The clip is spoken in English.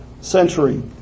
century